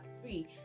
free